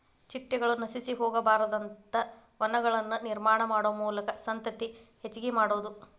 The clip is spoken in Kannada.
ಚಿಟ್ಟಗಳು ನಶಿಸಿ ಹೊಗಬಾರದಂತ ವನಗಳನ್ನ ನಿರ್ಮಾಣಾ ಮಾಡು ಮೂಲಕಾ ಸಂತತಿ ಹೆಚಗಿ ಮಾಡುದು